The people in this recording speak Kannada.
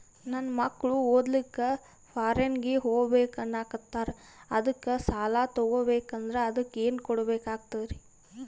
ನನ್ನ ಮಕ್ಕಳು ಓದ್ಲಕ್ಕ ಫಾರಿನ್ನಿಗೆ ಹೋಗ್ಬಕ ಅನ್ನಕತ್ತರ, ಅದಕ್ಕ ಸಾಲ ತೊಗೊಬಕಂದ್ರ ಅದಕ್ಕ ಏನ್ ಕೊಡಬೇಕಾಗ್ತದ್ರಿ?